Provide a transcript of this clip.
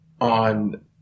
on